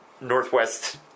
Northwest